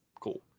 cool